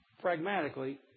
pragmatically